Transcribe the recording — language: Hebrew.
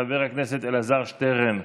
חבר הכנסת אלעזר שטרן,